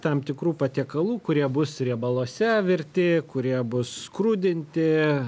tam tikrų patiekalų kurie bus riebaluose virti kurie bus skrudinti